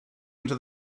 into